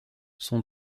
son